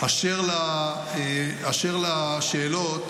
אשר לשאלות,